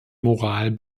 moral